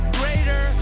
greater